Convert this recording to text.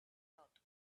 thought